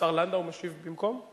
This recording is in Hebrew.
השר לנדאו משיב במקום?